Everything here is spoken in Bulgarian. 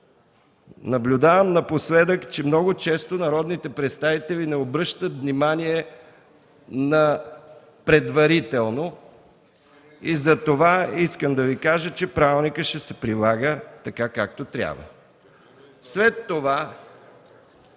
наблюдавам, че много често народните представители не обръщат внимание на „предварително” и затова искам да Ви кажа, че Правилникът ще се прилага така, както трябва. ДИМИТЪР